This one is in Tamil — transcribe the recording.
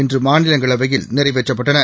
இன்று மாநிலங்களவையில் நிறைவேற்றப்பட்டன